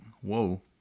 whoa